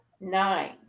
nine